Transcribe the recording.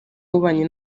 y’ububanyi